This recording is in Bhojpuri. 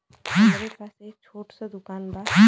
हमरे पास एक छोट स दुकान बा